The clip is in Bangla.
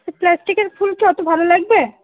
তা প্লাস্টিকের ফুল কি অতো ভালো লাগবে